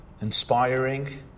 inspiring